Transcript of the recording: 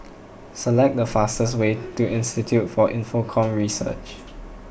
select the fastest way to Institute for Infocomm Research